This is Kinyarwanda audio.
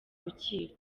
rukiko